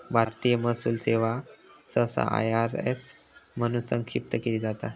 भारतीय महसूल सेवा सहसा आय.आर.एस म्हणून संक्षिप्त केली जाता